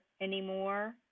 anymore